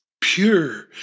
pure